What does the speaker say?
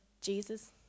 Jesus